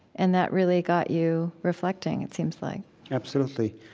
and that really got you reflecting, it seems like absolutely.